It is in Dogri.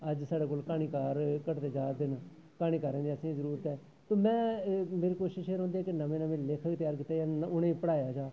अज्ज साढ़े कोल क्हानीकार घटदे जा'रदे न क्हानीकारें दी असें गी जरूरत ऐ ते में मेरी कोशिश एह् रौंह्दी ऐ कि नमें नमें लेखक त्यार कीते जान उ'नें गी पढ़ाया जा